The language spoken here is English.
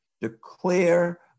declare